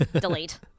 Delete